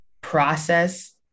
process